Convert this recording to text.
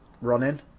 running